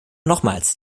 nochmals